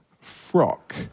frock